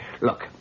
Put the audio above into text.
Look